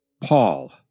Paul